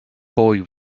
boy